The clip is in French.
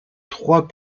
trois